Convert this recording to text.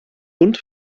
und